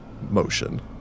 motion